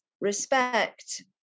respect